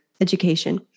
education